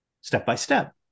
step-by-step